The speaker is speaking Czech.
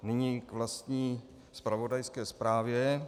Nyní k vlastní zpravodajské zprávě.